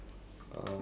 ya